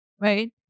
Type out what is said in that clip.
right